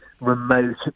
remote